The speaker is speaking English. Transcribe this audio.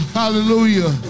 hallelujah